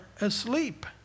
asleep